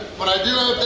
but i do